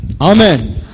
Amen